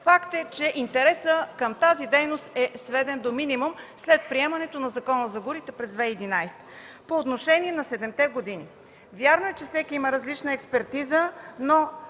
Факт е, че интересът към тази дейност е сведен до минимум след приемането на Закона за горите през 2011 г. По отношение на седемте години. Вярно е, че всеки има различна експертиза, но